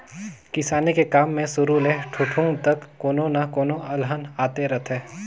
किसानी के काम मे सुरू ले ठुठुंग तक कोनो न कोनो अलहन आते रथें